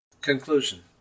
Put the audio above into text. Conclusion